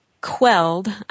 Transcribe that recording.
Quelled